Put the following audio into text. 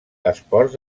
esports